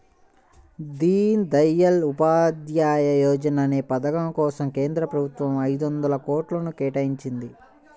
దీన్ దయాళ్ ఉపాధ్యాయ యోజనా అనే పథకం కోసం కేంద్ర ప్రభుత్వం ఐదొందల కోట్లను కేటాయించింది